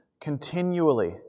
continually